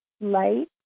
light